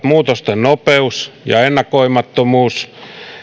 muutosten nopeus ja ennakoimattomuus